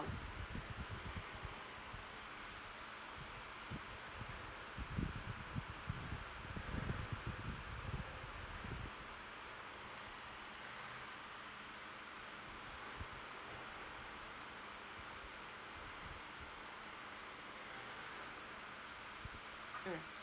mm